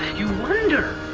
you wonder,